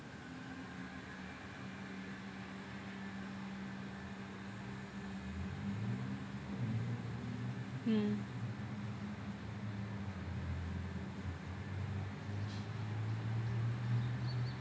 mm